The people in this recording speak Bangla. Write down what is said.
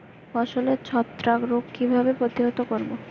ফসলের ছত্রাক রোগ কিভাবে প্রতিহত করব?